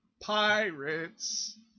Pirates